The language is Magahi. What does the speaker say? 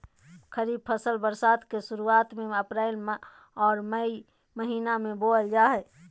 खरीफ फसल बरसात के शुरुआत में अप्रैल आ मई महीना में बोअल जा हइ